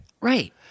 Right